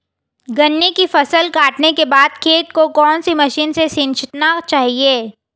गन्ने की फसल काटने के बाद खेत को कौन सी मशीन से सींचना चाहिये?